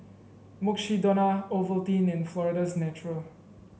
Mukshidonna Ovaltine and Florida's Natural